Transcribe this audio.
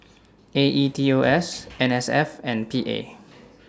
A E T O S N S F and P A